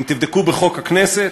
אם תבדקו בחוק הכנסת,